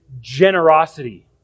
generosity